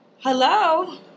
Hello